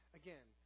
again